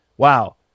wow